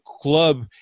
club